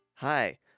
Hi